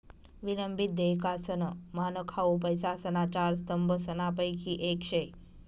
विलंबित देयकासनं मानक हाउ पैसासना चार स्तंभसनापैकी येक शे